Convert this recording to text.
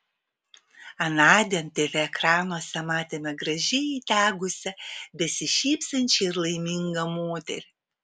anądien tv ekranuose matėme gražiai įdegusią besišypsančią ir laimingą moterį